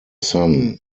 son